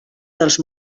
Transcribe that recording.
dels